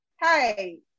Hey